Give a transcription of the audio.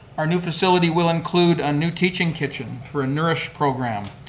our new facility will include a new teaching kitchen for a nourish program,